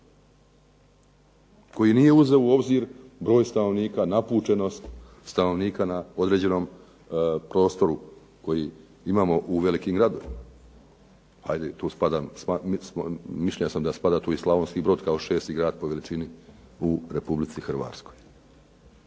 Koji nije uzeo u obzir broj stanovnika, napučenost stanovnika na određenom prostoru koji imamo u velikim gradovima. Ajde, tu spada, mišljenja sam da spada tu i Slavonski Brod kao 6 grad po veličini u RH. Nova